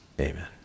Amen